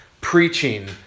preaching